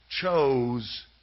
chose